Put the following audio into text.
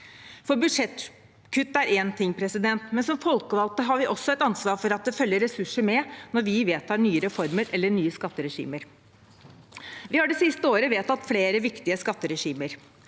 Budsjettkutt er én ting, men som folkevalgte har vi også et ansvar for at det følger ressurser med når vi vedtar nye reformer eller nye skatteregimer. Vi har det siste året vedtatt flere viktige skatteregimer.